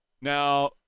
Now